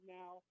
now